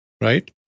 right